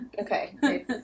Okay